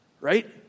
Right